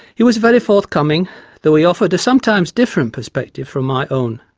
he was very forthcoming though he offered a sometimes different perspective from my own.